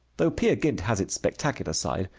though peer gynt has its spectacular side,